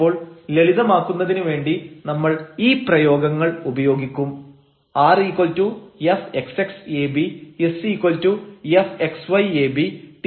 അപ്പോൾ ലളിതമാക്കുന്നതിന് വേണ്ടി നമ്മൾ ഈ പ്രയോഗങ്ങൾ ഉപയോഗിക്കും rfxx ab sfxy ab tfyy ab